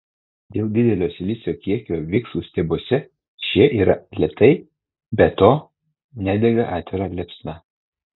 dėl didelio silicio kiekio viksvų stiebuose šie yra lėtai be to nedega atvira liepsna